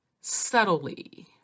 subtly